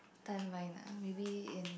timeline ah maybe in